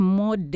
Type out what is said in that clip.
more